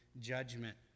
judgment